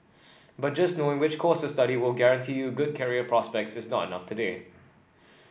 but just knowing which course of study will guarantee you good career prospects is not enough today